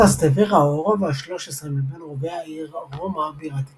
טרסט֫וורה הוא הרובע ה-13 מבין רובעי העיר רומא בירת איטליה.